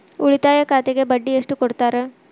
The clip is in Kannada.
ಉಳಿತಾಯ ಖಾತೆಗೆ ಬಡ್ಡಿ ಎಷ್ಟು ಕೊಡ್ತಾರ?